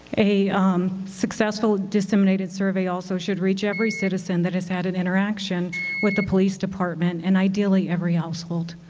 a um successful disseminated survey also should reach every citizen that has had an interaction with the police department and ideally every household.